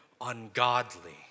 ungodly